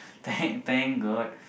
thank thank god